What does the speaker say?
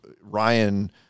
Ryan